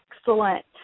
excellent